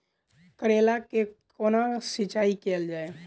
करैला केँ कोना सिचाई कैल जाइ?